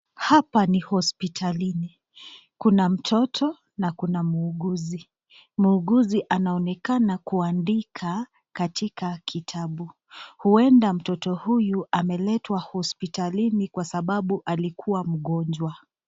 Hapa ni hospitalini. Kuna mtoto na kuna muuguzi, muuguzi anaonekana kuandika katika kitabu. Uenda mtoto huyu ameletwa hosptalini kwa sababu alikuwa mgonjwa.